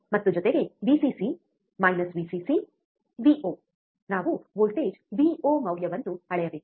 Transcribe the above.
ಮತ್ತು ಜೊತೆಗೆ VCC minus VCC VO ನಾವು ವೋಲ್ಟೇಜ್ ವಿಒ ಮೌಲ್ಯವನ್ನು ಅಳೆಯಬೇಕು